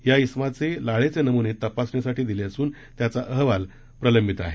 या िमाचे लाळेचे नमुने तपासणीसाठी दिले असून त्याचा अहवाल प्रलंबित आहेत